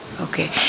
Okay